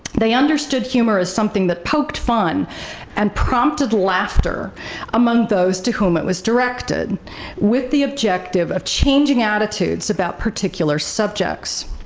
they understood humor as something that poked fun and prompted laughter among those to whom it was directed with the objective of changing attitudes about particular subjects.